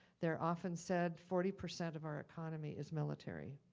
they're often said forty percent of our economy is military.